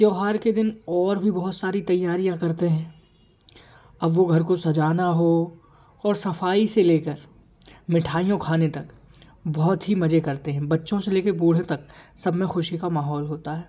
त्योहार के दिन और भी बहुत सारी तैयारियाँ करते हैं अब वो घर को सजाना हो और सफाई से लेकर मिठाईयों खाने तक बहुत ही मज़े करते हैं बच्चों से लेकर बूढ़े तक सब में खुशी का माहौल होता है